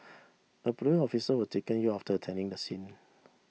a police officer was taken ill after attending the scene